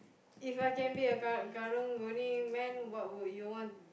If I can be a karang karang-guni man what would you want